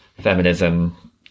feminism